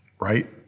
right